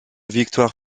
victoire